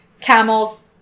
Camels